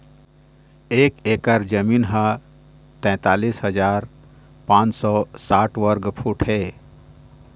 एक एकर जमीन ह तैंतालिस हजार पांच सौ साठ वर्ग फुट हे